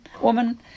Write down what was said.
woman